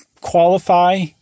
qualify